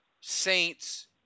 Saints